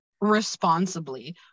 Responsibly